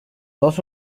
dos